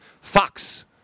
fox